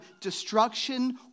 destruction